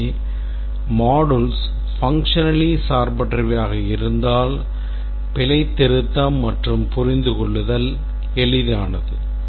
எனவே modules functionally சார்பற்றவை ஆக இருந்தால் பிழைத்திருத்தம் மற்றும் புரிந்துகொள்ளுதல் எளிதானது